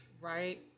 right